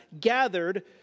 gathered